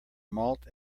malt